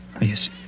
Yes